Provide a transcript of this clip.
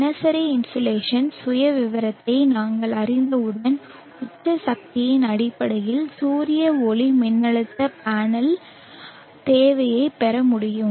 தினசரி இன்சோலேஷன் சுயவிவரத்தை நாங்கள் அறிந்தவுடன் உச்ச சக்தியின் அடிப்படையில் சூரிய ஒளிமின்னழுத்த பேனல் தேவையைப் பெற முடியும்